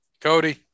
Cody